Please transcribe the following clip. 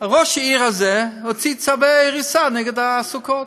ראש העיר הזה הוציא צווי הריסה נגד הסוכות.